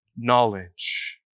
knowledge